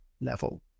level